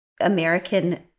American